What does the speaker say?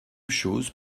chose